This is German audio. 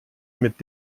mit